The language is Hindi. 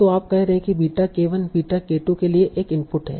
तो आप कह रहे हैं कि बीटा k1 बीटा k2 के लिए एक इनपुट है